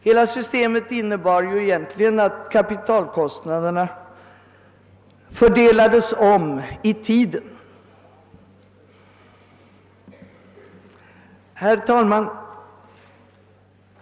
Hela systemet innebär egentligen att kapitalkostnaderna slås ut över en längre tid. Herr talman!